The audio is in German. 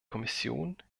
kommission